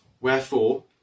Wherefore